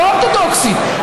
לא האורתודוקסית,